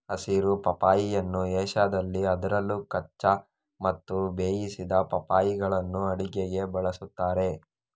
ಹಸಿರು ಪಪ್ಪಾಯಿಯನ್ನು ಏಷ್ಯಾದಲ್ಲಿ ಅದರಲ್ಲೂ ಕಚ್ಚಾ ಮತ್ತು ಬೇಯಿಸಿದ ಪಪ್ಪಾಯಿಗಳನ್ನು ಅಡುಗೆಗೆ ಬಳಸುತ್ತಾರೆ